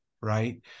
right